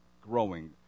growing